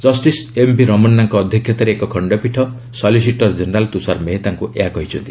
justice MV ରମନାଙ୍କ ଅଧ୍ୟକ୍ଷତାରେ ଏକ ଖଣ୍ଡପୀଠ ସିଲିସିଟର ଜେନେରାଲ୍ ତୁଷାର ମେହେତାଙ୍କୁ ଏହା କହିଛନ୍ତି